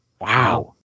wow